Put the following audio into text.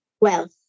wealth